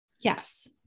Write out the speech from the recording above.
Yes